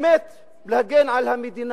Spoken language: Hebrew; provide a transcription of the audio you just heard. באמת, להגן על המדינה?